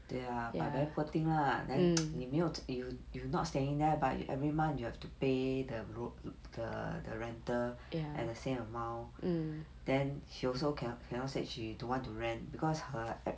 对啦 but very poor thing lah then 你没有 you you not staying there but every month you have to pay the road the the rental at the same amount then he also cannot said she don't want to rent because her